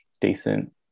decent